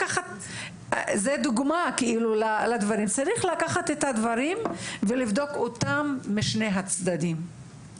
זאת דוגמה לכך שצריך לקחת את הדברים ולבדוק אותם משני הצדדים.